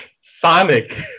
Sonic